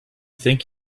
think